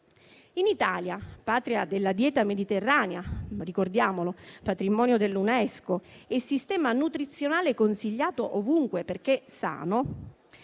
In Italia, patria della dieta mediterranea, che ricordiamo è patrimonio dell'UNESCO e sistema nutrizionale consigliato ovunque perché sano,